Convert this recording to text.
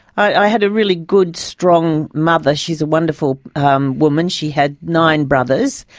i had a really good strong mother. she's a wonderful um woman. she had nine brothers,